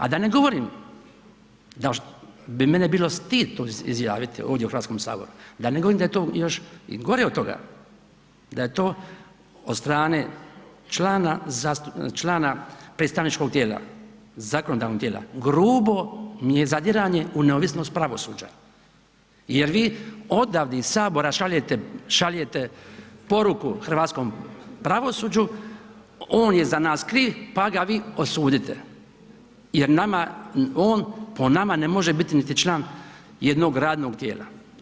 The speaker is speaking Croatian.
A da ne govorim da bi mene bilo stid to izjaviti ovdje u HS, da ne govorim da je to još i gore od toga, da je to od strane člana predstavničkog tijela, zakonodavnog tijela, grubo mi je zadiranje u neovisnost pravosuđa, jer vi odavde iz HS šaljete poruku hrvatskom pravosuđu on je za nas kriv, pa ga vi osudite jer nama, on po nama ne može biti niti član jednog radnog tijela.